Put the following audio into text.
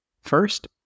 First